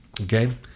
Okay